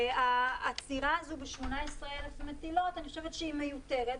העצירה הזאת ב-18,000 מטילות - אני חושבת שהיא מיותרת.